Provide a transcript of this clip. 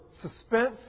suspense